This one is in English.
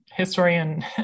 historian